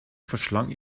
verschlang